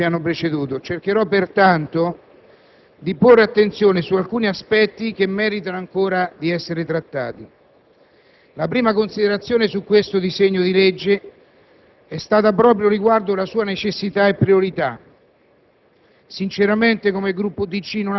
attraverso gli interventi dei senatori che mi hanno preceduto; cercherò pertanto di porre attenzione su alcuni aspetti che meritano ancora di essere trattati. La prima considerazione sul disegno di legge al nostro esame è stata proprio riguardo alla sua necessità e priorità.